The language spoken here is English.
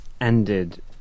ended